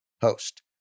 host